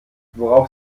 worauf